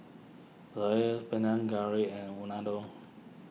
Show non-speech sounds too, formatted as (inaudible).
(unintelligible) Panang Curry and Unadon